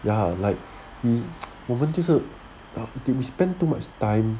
ya like we 我们就是 we spend too much time